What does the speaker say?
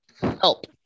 Help